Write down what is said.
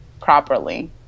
properly